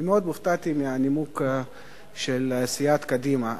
ומאוד הופתעתי מהנימוק של סיעת קדימה.